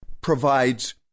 provides